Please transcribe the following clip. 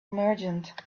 merchant